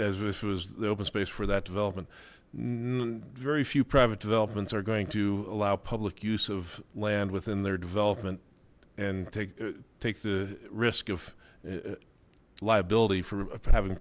as this was the open space for that development very few private developments are going to allow public use of land within their development and take take the risk of liability for having